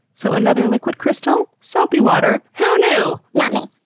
so another liquid crystal? soapy water. who knew? not me.